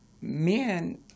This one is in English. men